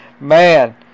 man